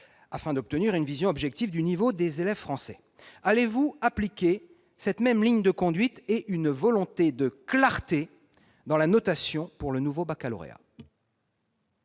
afin d'obtenir une vision objective du niveau des élèves français, allez-vous appliquer cette même ligne de conduite et une volonté de clarté dans la notation pour le nouveau baccalauréat ?